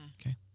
okay